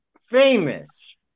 famous